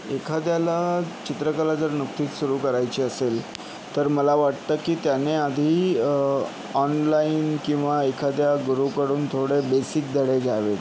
एखाद्याला चित्रकला जर नुकतीच सुरू करायची असेल तर मला वाटतं की त्याने आधी ऑनलाईन किंवा एखाद्या गुरूकडून थोडे बेसिक धडे घ्यावे